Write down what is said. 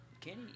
Kenny